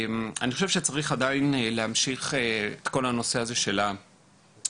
אני חושב שעדיין צריך להמשיך את כל הנושא הזה של האבחון,